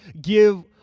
give